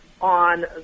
on